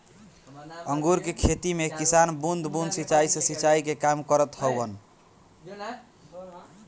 अंगूर के खेती में किसान बूंद बूंद सिंचाई से सिंचाई के काम करत हवन